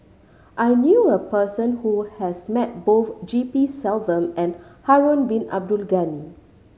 I knew a person who has met both G P Selvam and Harun Bin Abdul Ghani